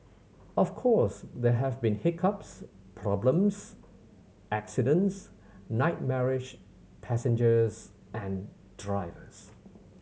of course there have been hiccups problems accidents nightmarish passengers and drivers